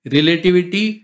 Relativity